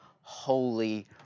holy